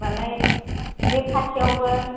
होनबालाय बे खाथियावबो